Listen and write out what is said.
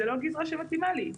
זו לא גזרה שמתאימה לי.